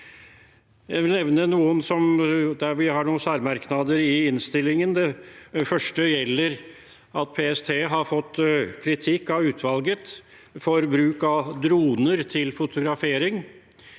Jeg vil nevne noe om våre særmerknader i innstillingen. Det første gjelder at PST har fått kritikk av utvalget for bruk av droner til fotografering.